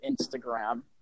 Instagram